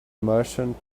merchant